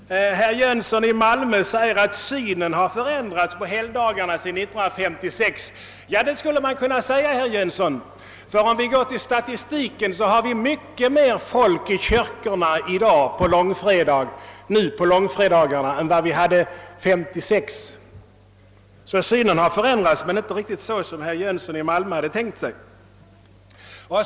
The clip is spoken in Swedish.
Herr Jönsson i Malmö sade att synen på helgdagarna har förändrats sedan 1956. Det skulle man kunna säga, herr Jönsson! Enligt statistiken har vi mycket mer folk i kyrkorna på långfredagarna nu än vi hade 1956. Synen har alltså förändrats men inte så som herr Jönsson i Malmö trodde.